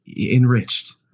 enriched